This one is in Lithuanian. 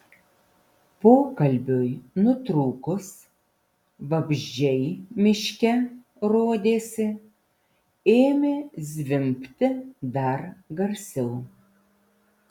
pokalbiui nutrūkus vabzdžiai miške rodėsi ėmė zvimbti dar garsiau